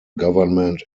government